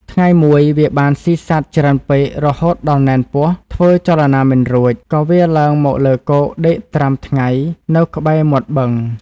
ថ្ងៃមួយ វាបានស៊ីសត្វច្រើនពេករហូតដល់ណែនពោះធ្វើចលនាមិនរួច ក៏វារឡើងមកលើគោកដេកត្រាំថ្ងៃនៅក្បែរមាត់បឹង។